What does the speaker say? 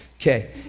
Okay